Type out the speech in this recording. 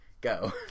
Go